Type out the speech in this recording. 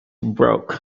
broke